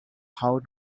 how